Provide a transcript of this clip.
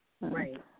Right